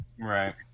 right